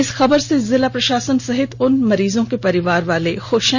इस खबर से जिला प्रशासन सहित उन मरीजों के परिवार वालों में खुशी है